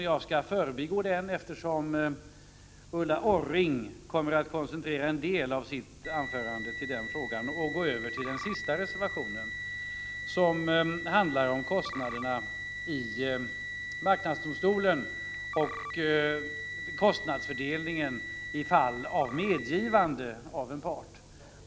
Jag skall förbigå den, eftersom Ulla Orring kommer att koncentrera en del av sitt anförande till den frågan. I stället skall jag beröra den sista reservationen, som handlar om ersättning för rättegångskostnader i marknadsdomstolen och om kostnadsfördelningen i fall av medgiven talan.